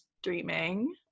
streaming